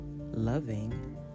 loving